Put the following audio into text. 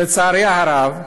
לצערי הרב,